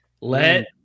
Let